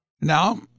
Now